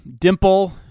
Dimple